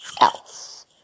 else